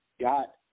got